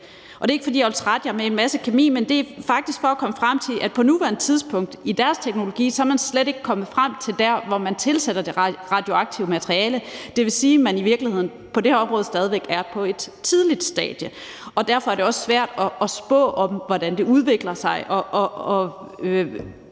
Det er ikke, fordi jeg vil trætte jer med en masse kemi, men det er faktisk for at komme frem til, at man med deres teknologi på nuværende tidspunkt slet ikke er kommet frem til at tilsætte det radioaktive materiale. Det vil sige, at man på det her område i virkeligheden stadig væk er på et tidligt stadie, og derfor er det også svært at spå om, hvordan det udvikler sig, og